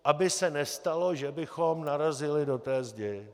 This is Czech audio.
Aby se nestalo, že bychom narazili do té zdi.